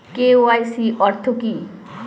KYC অর্থ কি?